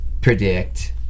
predict